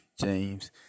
James